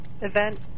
event